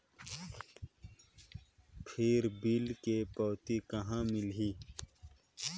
फिर बिल के पावती कहा मिलही?